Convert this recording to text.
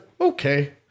okay